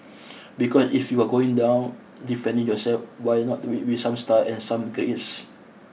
because if you are going down defending yourself why not do it with some style and some grace